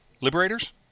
Liberators